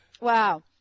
Wow